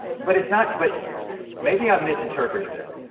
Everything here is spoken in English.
but it's not but maybe i'm misinterpreting this.